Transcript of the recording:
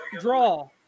Draw